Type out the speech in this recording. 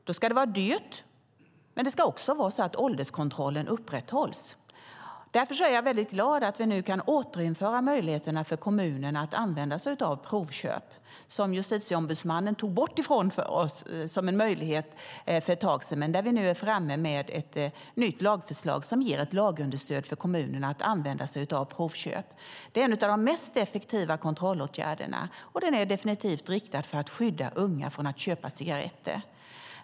Det ska vara dyrt, men det ska också vara så att ålderskontrollen upprätthålls. Därför är jag väldigt glad att vi nu kan återinföra möjligheterna för kommunerna att använda sig av provköp. Justitieombudsmannen tog den möjligheten ifrån oss för ett tag sedan, men nu är vi framme vid ett nytt lagförslag som ger lagstöd för kommunerna att använda sig av provköp. Det är en av de mest effektiva kontrollåtgärderna, och den är definitivt riktad för att skydda unga från att köpa cigaretter.